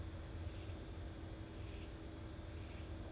他们的 ca~ but is it still rising or not is their case like